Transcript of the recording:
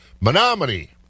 Menominee